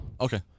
Okay